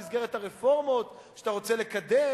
במסגרת הרפורמות שאתה רוצה לקדם,